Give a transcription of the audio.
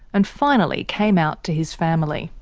and finally came out to his family.